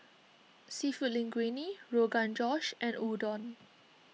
Seafood Linguine Rogan Josh and Udon